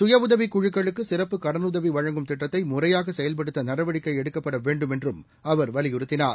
சுயஉதவிக் குழுக்களுக்கு சிறப்பு கடனுதவி வழங்கும் திட்டத்தை முறையாக செயல்படுத்த நடவடிக்கை எடுக்கப்பட வேண்டும் என்றும் அவர் வலியுறுத்தினார்